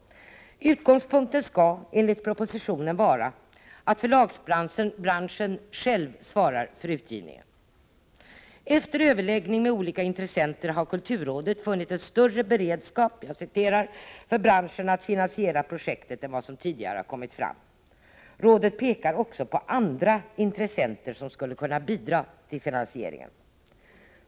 Utgångspunkten skall enligt propositionen vara att förlagsbranschen själv svarar för utgivningen. Efter överläggning med olika intressenter har kulturrådet funnit en större beredskap från branschen att finansiera projektet än vad som tidigare har kommit fram. Rådet pekar också på andra intressenter som skulle kunna bidra till finansieringen.